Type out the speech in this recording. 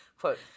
Quote